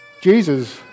Jesus